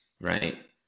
Right